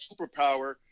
superpower